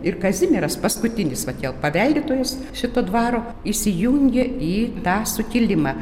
ir kazimieras paskutinis vat jau paveldėtojas šito dvaro įsijungė į tą sukilimą